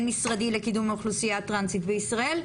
משרדי לקידום האוכלוסייה הטרנסית בישראל.